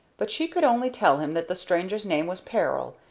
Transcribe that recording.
but she could only tell him that the stranger's name was peril,